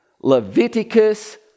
Leviticus